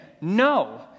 no